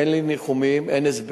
אין לי ניחומים, אין הסברים.